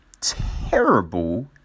terrible